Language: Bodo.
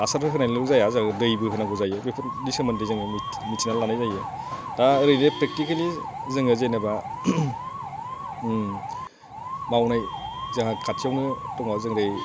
हासारल' होनायजोंल' जाया जोङो दैबो होनांगौ जायो बेफोरनि सोमोन्दै जोङो मिन्थिनानै लानाय जायो दा ओरैनो प्रेक्टिकेलि जोङो जेनोबा मावनाय जाहा खाथियावनो दङ जेरै